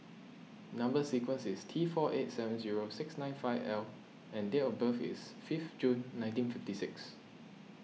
Number Sequence is T four eight seven zero six nine five L and date of birth is fifth June nineteen fifty six